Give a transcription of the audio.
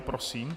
Prosím.